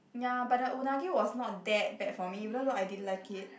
ya but the unagi was not that bad for me even though I didn't like it